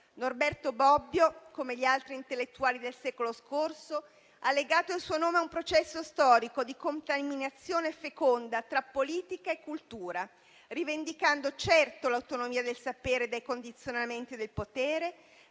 Norberto Bobbio, come gli altri intellettuali del secolo scorso, ha legato il suo nome a un processo storico di contaminazione feconda tra politica e cultura, rivendicando certo l'autonomia del sapere dai condizionamenti del potere,